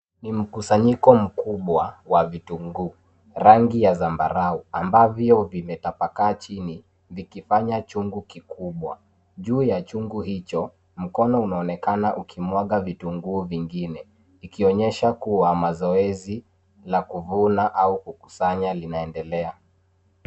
Ni mkusanyiko mkubwa wa vitunguu, rangi ya zambarau ambavyo vimetapakaa chini vikifanya chungu kikubwa. Juu ya chungu hicho mkono unaonekana ukimwaga vitunguu vingine ikionyesha kuwa mazoezi la kuvuna au kukusanya linaendelea.